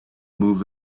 move